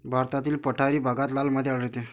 भारतातील पठारी भागात लाल माती आढळते